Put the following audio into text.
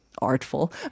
Artful